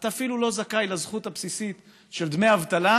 אתה אפילו לא זכאי לזכות הבסיסית של דמי אבטלה,